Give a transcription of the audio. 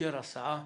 אישר הסעה